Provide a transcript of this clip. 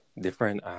different